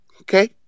okay